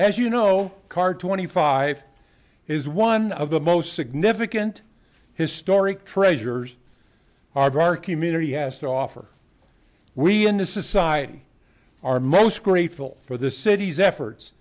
as you know car twenty five is one of the most significant historic treasures our dark community has to offer we in the society are most grateful for the city's efforts